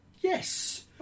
Yes